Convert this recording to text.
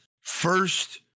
first